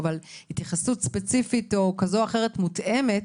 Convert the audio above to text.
אבל התייחסות ספציפית כזו או אחרת מותאמת